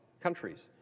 countries